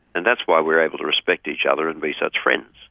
and that's why we're able to respect each other and be such friends.